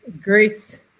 great